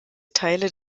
teile